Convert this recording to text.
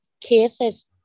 cases